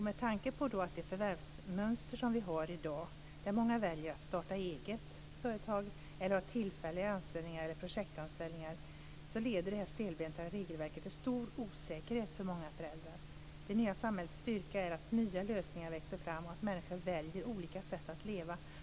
Med det förvärvsmönster som vi har i dag, där många väljer att starta eget företag eller ha tillfällig anställning eller projektanställning, leder det här stelbenta regelverket till stor osäkerhet för många föräldrar. Det nya samhällets styrka är att nya lösningar växer fram och att människor väljer olika sätt att leva.